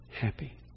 happy